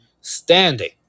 Standing